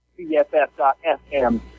BFF.FM